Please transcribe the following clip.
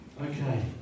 Okay